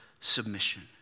submission